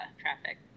traffic